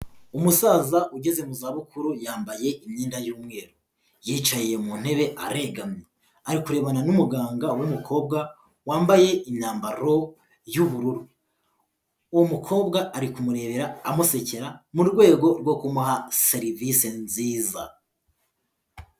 Umusaza ugeze mu za bukuru yambaye imyenda y'umweru yicaye mu ntebe aregamye, ari kurerebana n'umuganga w'umukobwa wambaye imyambaro y'ubururu. uwo mukobwa ari kumurebera amusekera mu rwego rwo kumuha serivise nziza.